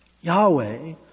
Yahweh